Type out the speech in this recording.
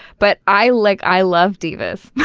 but i like i love divas,